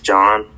John